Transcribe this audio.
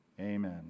amen